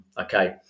okay